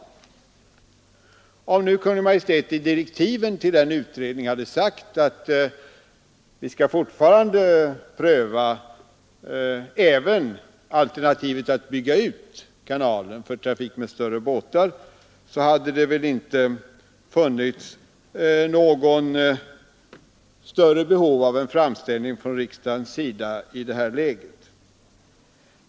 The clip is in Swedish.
Om Kungl. Maj:t i direktiven till den utredningen hade sagt att även alternativet att bygga ut kanalen för trafik med större båtar fortfarande skulle prövas, hade det väl inte vid det här laget funnits något större behov av en framställning från riksdagens sida.